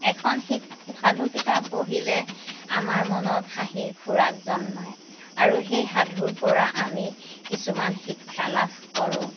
এখন শি সাধুকিতাপ পঢ়িলে আমাৰ মনত হাঁহিৰ খোৰাক জন্মায় আৰু সেই সাধুৰ পৰা আমি কিছুমান শিক্ষা লাভ কৰোঁ